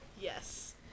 yes